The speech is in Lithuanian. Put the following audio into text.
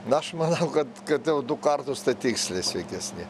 na aš manau kad kad jau du kartus tai tiksliai sveikesni